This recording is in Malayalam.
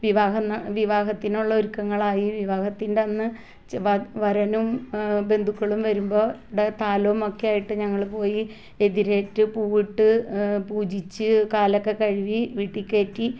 വിവാഹം ന വിവാഹത്തിനുള്ള ഒരുക്കങ്ങളായി വിവാഹത്തിന്റെ അന്ന് വ വരനും ബന്ധുക്കളും വരുമ്പോൾ ദ താലവുമൊക്കെയായിട്ട് ഞങ്ങള് പോയി എതിരേറ്റ് പൂവിട്ട് പൂജിച്ച് കാലൊക്കെ കഴുകി വീട്ടിൽ കയറ്റി